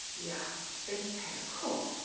we are going to pay a call.